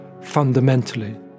fundamentally